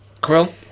Quill